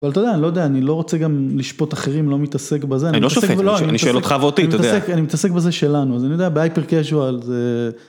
אבל אתה יודע, אני לא יודע, אני לא רוצה גם לשפוט אחרים, לא מתעסק בזה. אני לא שופט, אני שואל אותך ואותי, אתה יודע. אני מתעסק בזה שלנו, אז אני יודע, בהייפר קשוואל זה...